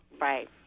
Right